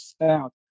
South